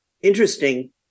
interesting